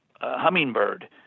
hummingbird